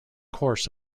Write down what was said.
course